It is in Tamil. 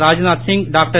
ராத்நாத் சிங் டாக்டர்